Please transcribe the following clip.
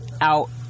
out